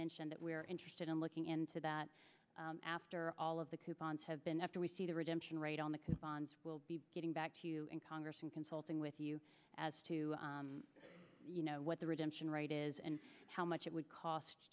mentioned that we're interested in looking into that after all of the coupons have been after we see the redemption rate on the coupons we'll be getting back to you in congress and consulting with you as you know what the redemption rate is and how much it would cost